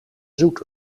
zoet